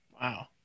Wow